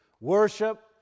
Worship